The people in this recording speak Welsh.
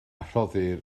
rhoddir